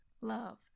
love